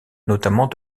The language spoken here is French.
notamment